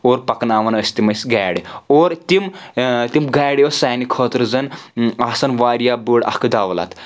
اور پکناوَان ٲسۍ تِم ٲسۍ گاڑِ اور تِم تِم گاڑِ اوس سانہِ خٲطرٕ زَن آسَان واریاہ بٔڑ اکھ دولت